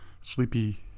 sleepy